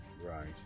Right